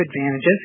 advantages